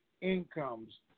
incomes